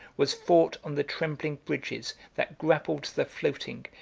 was fought on the trembling bridges that grappled the floating,